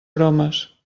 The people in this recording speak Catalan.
bromes